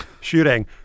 shooting